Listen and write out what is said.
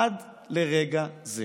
עד לרגע זה